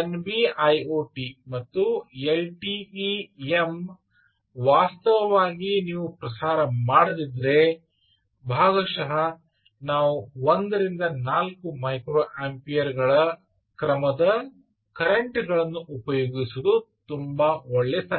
NB IoT ಮತ್ತು LTE M ವಾಸ್ತವವಾಗಿ ನೀವು ಪ್ರಸಾರ ಮಾಡದಿದ್ದರೆ ಭಾಗಶಃ ನಾವು ಒಂದರಿಂದ ನಾಲ್ಕು ಮೈಕ್ರೊಅಂಪಿಯರ್ಗಳ ಕ್ರಮದ ಕರೆಂಟ್ ಗಳನ್ನು ಉಪಯೋಗಿಸುವುದು ತುಂಬಾ ಒಳ್ಳೆಯ ಸಂಗತಿ